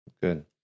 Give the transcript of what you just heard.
Good